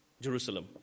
Jerusalem